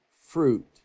fruit